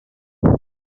flut